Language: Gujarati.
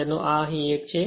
તેનો અર્થ અહીં આ એક છે